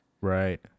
right